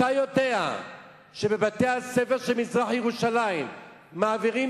אתה יודע שבבתי-הספר של מזרח-ירושלים מעבירים